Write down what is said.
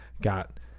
got